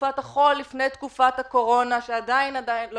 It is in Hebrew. וסופת החול לפני תקופת הקורונה שעדיין לא